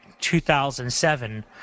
2007